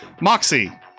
Moxie